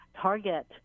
target